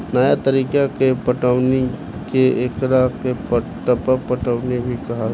नया तरीका के पटौनी के एकरा के टपक पटौनी भी कहाला